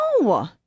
No